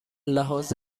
لحاظ